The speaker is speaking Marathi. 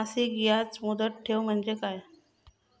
मासिक याज मुदत ठेव म्हणजे काय?